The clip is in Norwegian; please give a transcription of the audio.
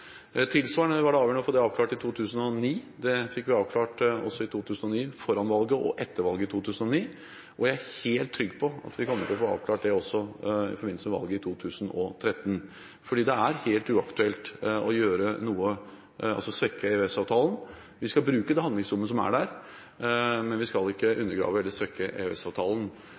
Tilsvarende var det avgjørende å få det avklart i 2009. Vi fikk det avklart også i 2009 – både foran og etter valget – og jeg er helt trygg på at vi også kommer til å få avklart det i forbindelse med valget i 2013. Det er helt uaktuelt å gjøre noe for å svekke EØS-avtalen. Vi skal bruke det handlingsrommet som er der, men vi skal ikke undergrave eller svekke